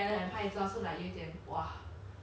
the 你们分给每一个人